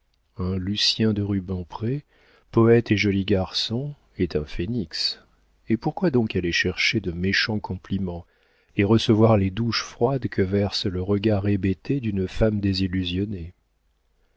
lucien de rubempré poëte et joli garçon est un phénix et pourquoi donc aller chercher de méchants compliments et recevoir les douches froides que verse le regard hébété d'une femme